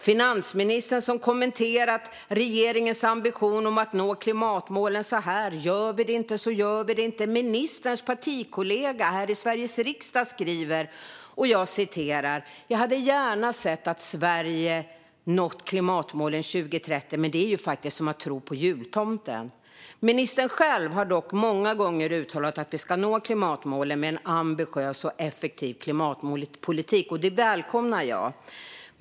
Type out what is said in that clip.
Finansministern har kommenterat regeringens ambition om att nå klimatmålen genom att säga: Gör vi det inte så gör vi det inte. Ministerns partikollega här i Sveriges riksdag skriver: Jag hade gärna sett att Sverige nått klimatmålen 2030, men det är faktiskt som att tro på jultomten. Ministern själv har dock många gånger uttalat att vi ska nå klimatmålen med en ambitiös och effektiv klimatpolitik, och det välkomnar jag.